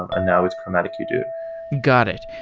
ah now with chromatic, you do got it.